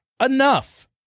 enough